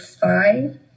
five